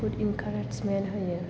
गुद encouragement होयो